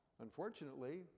unfortunately